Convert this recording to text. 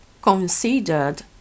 considered